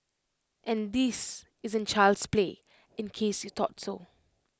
and this isn't child's play in case you thought so